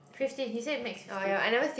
fifteen he say max fifteen